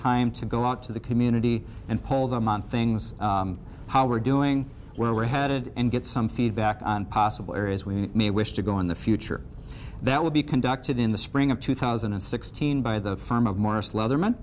time to go out to the community and poll them on things how we're doing where we're headed and get some feedback on possible areas we may wish to go in the future that will be conducted in the spring of two thousand and sixteen by the form of morris leatherman